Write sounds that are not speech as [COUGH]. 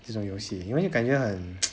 这种游戏因为你感觉很 [NOISE]